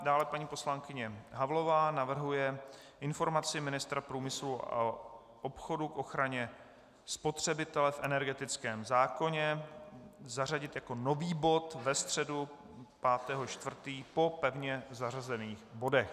Dále paní poslankyně Havlová navrhuje informaci ministra průmyslu a obchodu k ochraně spotřebitele v energetickém zákoně zařadit jako nový bod ve středu 5. 4. po pevně zařazených bodech.